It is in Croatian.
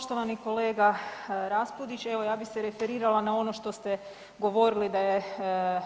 Poštovani kolega Raspudić evo ja bi se referirala na ono što ste govorili da je